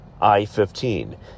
I-15